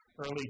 early